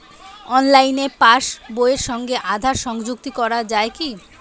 অনলাইনে পাশ বইয়ের সঙ্গে আধার সংযুক্তি করা যায় কি?